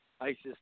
ISIS